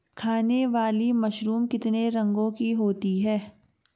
खाने वाली मशरूम कितने रंगों की होती है?